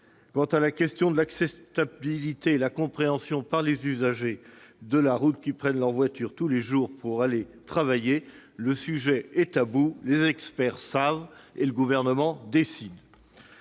salariés. La question de l'acceptabilité et de la compréhension par les usagers de la route qui prennent leur voiture tous les jours pour aller travailler est taboue. Les experts savent et le Gouvernement décide.